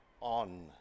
on